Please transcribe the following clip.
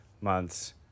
months